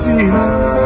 Jesus